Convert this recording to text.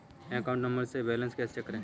Account number से balance कैसे check करें?